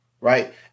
Right